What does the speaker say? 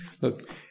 look